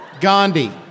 Gandhi